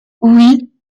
oui